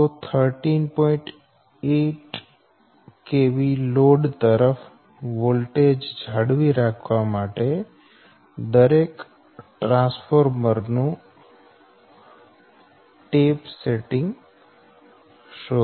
8 kV load તરફ voltage જાળવી રાખવા માટે દરેક ટ્રાન્સફોર્મર નું ટેપ સેટિંગ શોધો